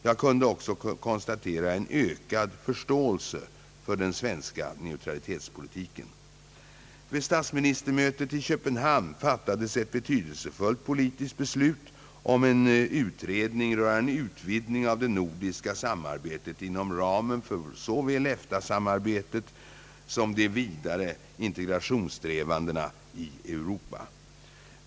Jag kunde också konstatera en ökad förståelse för den svenska neutralitetspolitiken. Vid statsministermötet i Köpenhamn fattades ett betydelsefullt politiskt beslut om en utredning rörande en utvidgning av det nordiska samarbetet inom ramen för såväl EFTA-samarbetet som de vidare integrationssträvandena i Europa.